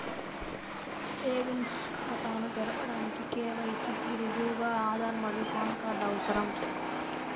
savings ఖాతాను తెరవడానికి KYC కి రుజువుగా ఆధార్ మరియు పాన్ కార్డ్ అవసరం